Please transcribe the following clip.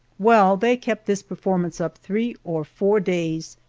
well, they kept this performance up three or four days,